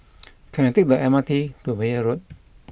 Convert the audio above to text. can I take the M R T to Meyer Road